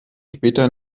später